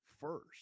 first